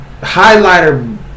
highlighter